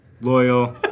loyal